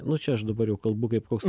nu čia aš dabar jau kalbu kaip koks